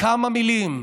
וכמה מילים,